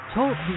Talk